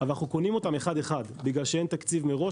אנחנו קונים אותם אחד-אחד מכיוון שאין תקציב מראש